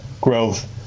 growth